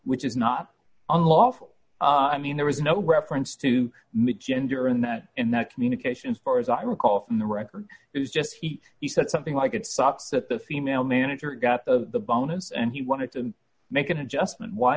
which is not unlawful and mean there was no reference to me gender in that in that communication far as i recall from the record it was just he he said something like it stops at the female manager got the bonus and he wanted to make an adjustment why